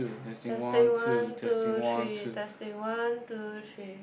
testing one two three testing one two three